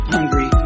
Hungry